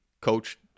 coach